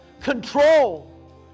control